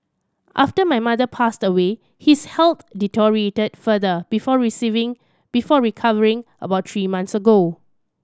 after my mother passed away his health deteriorated further before before recovering about three months ago